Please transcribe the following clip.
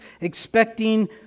expecting